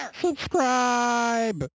subscribe